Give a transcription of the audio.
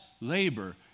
labor